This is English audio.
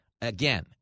again